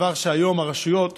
זה שהיום הרשויות